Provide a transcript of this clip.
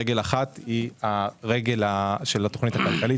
רגל אחת היא הרגל של התכנית הכלכלית,